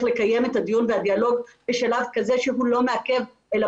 לקיים את הדיון והדיאלוג בשלב כזה שהוא לא מעכב אלא